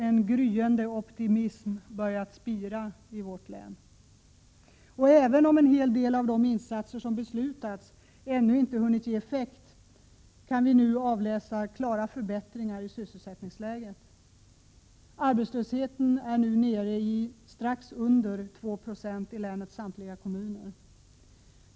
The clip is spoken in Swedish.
Även om en hel del av de insatser som beslutats ännu inte hunnit ge effekt, kan klara förbättringar i sysselsättningsläget nu avläsas. Arbetslösheten är nu nere i strax under 2 Yo i länets samtliga kommuner.